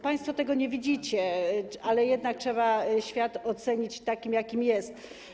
Państwo tego nie widzicie, ale jednak trzeba świat ocenić takim, jakim jest.